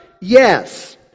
Yes